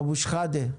אבו שחאדה,